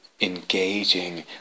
engaging